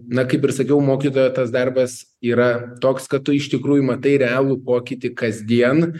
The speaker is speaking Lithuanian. na kaip ir sakiau mokytojo tas darbas yra toks kad tu iš tikrųjų matai realų pokytį kasdien